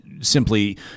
simply